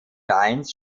vereins